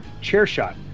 CHAIRSHOT